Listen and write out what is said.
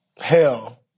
hell